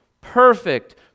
Perfect